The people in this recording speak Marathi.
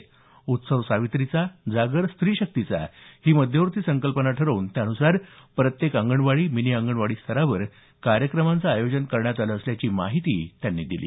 उत्सव सावित्रीचा जागर स्त्री शक्तीचा ही मध्यवर्ती संकल्पना ठरवून त्यानुसार प्रत्येक अंगणवाडी मिनी अंगणवाडी स्तरावर कार्यक्रमांचं आयोजन करण्यात आलं असल्याची माहितीचं त्यांनी दिली